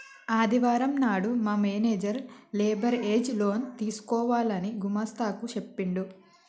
ఆదివారం నాడు మా మేనేజర్ లేబర్ ఏజ్ లోన్ తీసుకోవాలని గుమస్తా కు చెప్పిండు